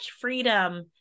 freedom